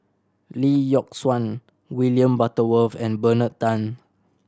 Lee Yock Suan William Butterworth and Bernard Tan